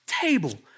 table